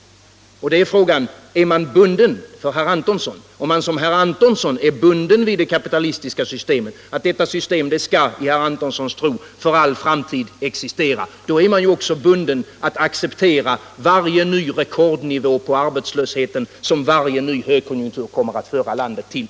Om man som herr Antonsson är bunden vid det kapitalistiska systemet och tror att detta system skall existera i all framtid, då är man också bunden att acceptera varje ny rekordnivå på arbetslösheten, som varje ny högkonjunktur kommer att föra landet till.